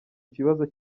kibazo